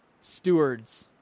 stewards